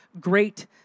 great